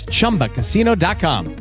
ChumbaCasino.com